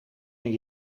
een